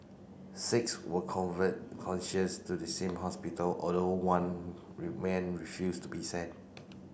six were convert conscious to the same hospital although one remain refused to be sent